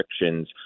restrictions